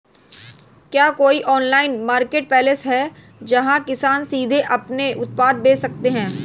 क्या कोई online marketplace है जहां किसान सीधे अपने उत्पाद बेच सकते हैं?